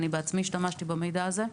אני בעצמי השתמשתי במידע הזה.